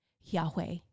Yahweh